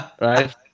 Right